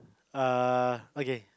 err okay